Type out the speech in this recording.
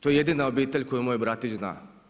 To je jedina obitelj koju moj bratić zna.